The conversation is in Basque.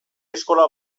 eskola